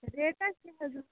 ریٹا کیٛاہ حظ